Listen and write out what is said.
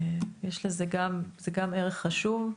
זה גם ערך חשוב.